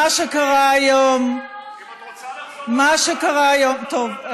אם את רוצה, מה שקרה היום, טוב,